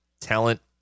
talent